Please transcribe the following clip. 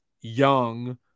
young